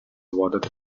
awarded